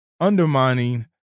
undermining